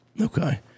Okay